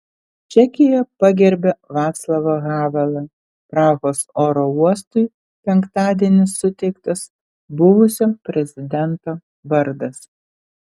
čekija pagerbia vaclavą havelą prahos oro uostui penktadienį suteiktas buvusio prezidento vardas